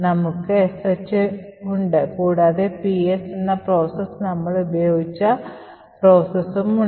നമുക്ക് sh ഉണ്ട് കൂടാതെ ps എന്ന പ്രോസസ് നമ്മൾ ഉപയോഗിച്ച process ഉം